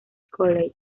college